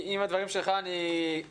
עם הדברים שלך אני אסכם,